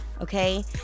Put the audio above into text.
okay